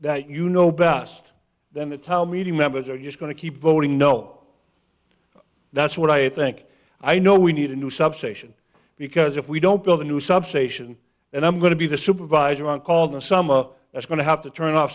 that you know best then the town meeting members are just going to keep voting no that's what i think i know we need a new substation because if we don't build a new substation and i'm going to be the supervisor on call the some of that's going to have to turn off